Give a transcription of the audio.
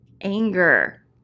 anger